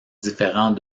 différent